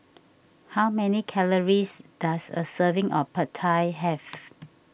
how many calories does a serving of Pad Thai have